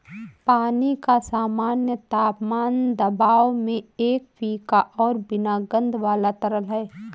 पानी का सामान्य तापमान दबाव में एक फीका और बिना गंध वाला तरल है